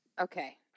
okay